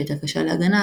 שהייתה קשה להגנה,